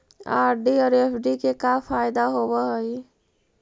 RD और FD के का फायदा होव हई?